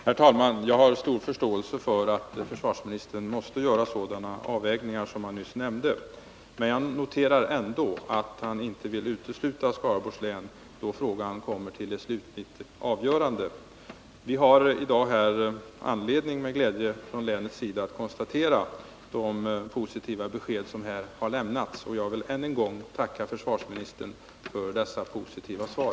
Herr talman! Jag har stor förståelse för att försvarsministern måste göra sådana avvägningar som han nyss nämnde, men jag noterar ändå att han inte vill utesluta Skaraborgs län då frågan kommer upp till slutligt avgörande. Från länets sida har vi i dag anledning att med glädje konstatera de positiva besked som här har lämnats. Jag vill än en gång tacka försvarsministern för detta positiva svar.